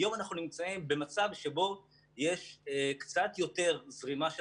היום אנחנו נמצאים במצב שבו יש קצת יותר זרימה של